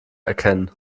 erkennen